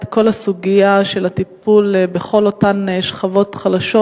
כל הסוגיה של הטיפול בכל אותן שכבות חלשות,